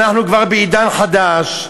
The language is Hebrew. אנחנו כבר בעידן חדש,